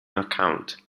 account